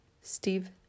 Steve